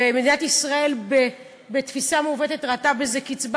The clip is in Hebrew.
ומדינת ישראל בתפיסה מעוותת ראתה בזה קצבה,